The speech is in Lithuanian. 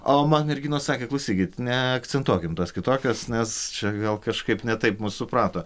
o man merginos sakė klausykit neakcentuokim tos kitokios nes čia vėl kažkaip ne taip mus suprato